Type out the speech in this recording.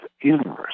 universe